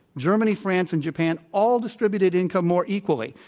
germany, france, and japan all distributed income more equally,